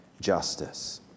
justice